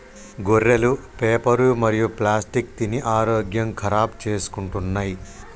గొర్రెలు పేపరు మరియు ప్లాస్టిక్ తిని ఆరోగ్యం ఖరాబ్ చేసుకుంటున్నయ్